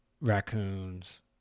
raccoons